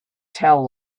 tell